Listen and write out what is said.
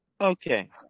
Okay